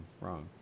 wrong